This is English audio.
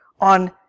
on